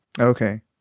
Okay